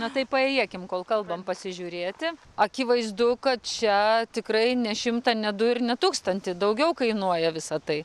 na tai paėjėkim kol kalbam pasižiūrėti akivaizdu kad čia tikrai ne šimtą ne du ir ne tūkstantį daugiau kainuoja visa tai